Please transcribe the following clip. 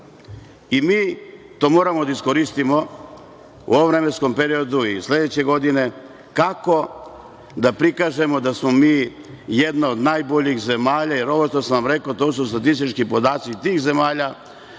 Mi to moramo da iskoristimo u ovom vremenskom periodu i sledeće godine, kako da prikažemo da smo mi jedna od najboljih zemalja, jer ovo što sam vam rekao, to su statistički podaci tih zemalja,